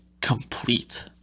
complete